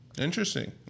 Interesting